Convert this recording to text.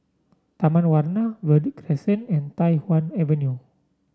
Taman Warna Verde Crescent and Tai Hwan Avenue